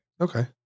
Okay